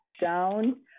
down